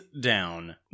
down